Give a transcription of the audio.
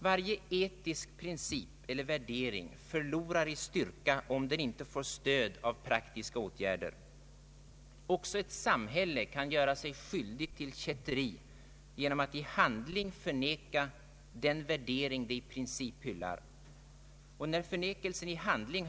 År 1969 var ansökningarna ungefär 7600, av vilka mer än 93 procent beviljades — den exakta siffran föreligger ännu inte.